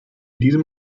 diesem